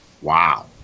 Wow